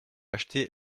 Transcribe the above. acheter